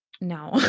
no